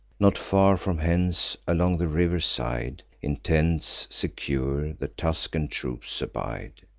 not far from hence, along the river's side, in tents secure, the tuscan troops abide,